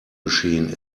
machine